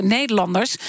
Nederlanders